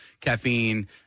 caffeine